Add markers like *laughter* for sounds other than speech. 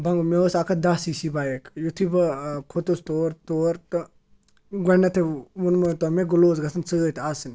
*unintelligible* مےٚ ٲس اَکھ ہَتھ دَہ سی سی بایک یُتھُے بہٕ کھوٚتُس تور تور تہٕ گۄڈنیٚتھٕے ووٚنمو تۅہہِ مےٚ گُلاوُز گَژھَن سٍتۍ آسٕنۍ